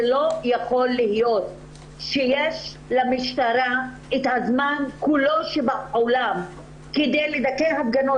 זה לא יכול להיות שיש למשטרה את כל הזמן שבעולם כדי לדכא הפגנות